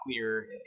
clear